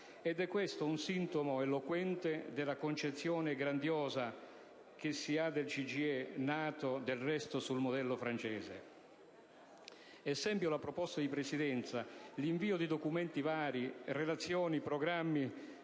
Ed è questo un sintomo eloquente della concezione "grandiosa" che si ha del CGIE, nato del resto sul modello francese. Ad esempio, la proposta di Presidenza, l'invio di documenti vari, relazioni, programmi,